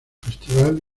festival